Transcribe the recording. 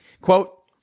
Quote